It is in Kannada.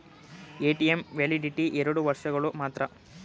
ಎ.ಟಿ.ಎಂ ವ್ಯಾಲಿಡಿಟಿ ಎರಡು ವರ್ಷಗಳು ಮಾತ್ರ